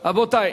רבותי,